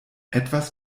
etwas